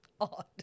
Odd